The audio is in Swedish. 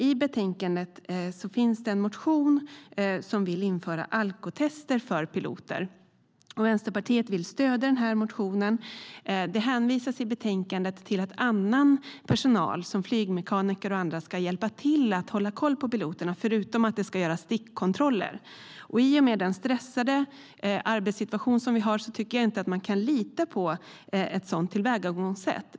I betänkandet finns det en motion om att införa alkoholtester för piloter. Vänsterpartiet stöder den motionen. I betänkandet hänvisas till att annan personal såsom flygmekaniker och andra ska hjälpa till att hålla koll på piloterna, förutom att stickkontroller ska göras.I och med den stressade arbetssituationen tycker jag inte att man kan lita på ett sådant tillvägagångssätt.